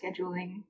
scheduling